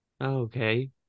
Okay